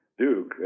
Duke